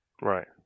right